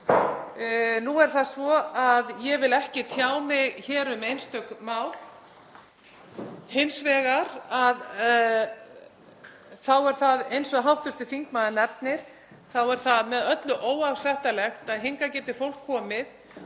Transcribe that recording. Nú er það svo að ég vil ekki tjá mig hér um einstök mál. Hins vegar þá er það eins og hv. þingmaður nefnir með öllu óásættanlegt að hingað geti fólk komið